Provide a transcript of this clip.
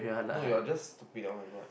no you're just stupid [oh]-my-god